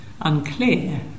unclear